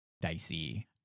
dicey